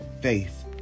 faith